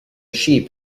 sheep